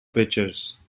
pictures